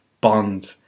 Bond